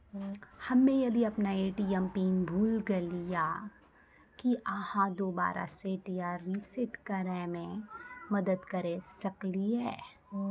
हम्मे यदि अपन ए.टी.एम पिन भूल गलियै, की आहाँ दोबारा सेट या रिसेट करैमे मदद करऽ सकलियै?